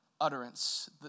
utterance